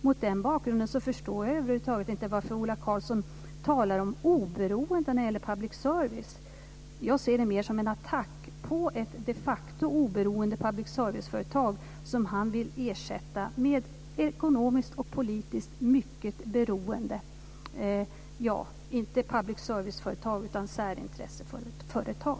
Mot den bakgrunden förstår jag över huvud taget inte varför Ola Karlsson talar om oberoende när det gäller public service. Jag ser det mer som en attack på ett de facto oberoende public service-företag som han vill ersätta med ekonomiskt och politiskt mycket beroende företag, inte public service-företag utan särintresseföretag.